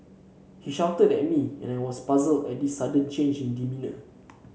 he shouted at me and I was puzzled at this sudden change in demeanour